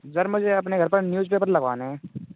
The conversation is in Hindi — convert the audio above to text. जर मुझे अपने घर पर न्यूज़पेपर लगवाने हैं